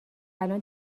الان